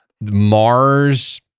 Mars